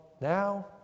now